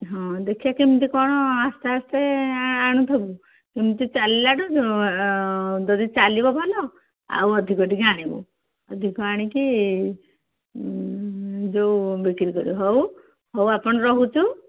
ହଁ ଦେଖିବା କେମିତି କ'ଣ ଆସ୍ତେ ଆସ୍ତେ ଆଣୁଥିବୁ ଏମିତି ଚାଲିଲାଠୁ ଯଦି ଚାଲିବ ଭଲ ଆଉ ଅଧିକ ଟିକେ ଆଣିବୁ ଅଧିକ ଆଣିକି ଯେଉଁ ବିକ୍ରି କରିବ ହଉ ହଉ ଆପଣ ରହୁଛୁ